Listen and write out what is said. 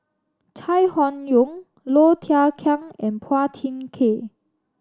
Chai Hon Yoong Low Thia Khiang and Phua Thin Kiay